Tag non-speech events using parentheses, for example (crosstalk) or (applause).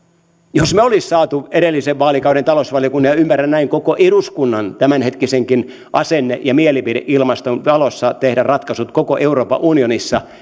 jos me olisimme saaneet edellisen vaalikauden talousvaliokunnan ja ymmärrän näin koko eduskunnan tämänhetkisenkin asenne ja mielipideilmaston valossa tehdä ratkaisut koko euroopan unionissa (unintelligible)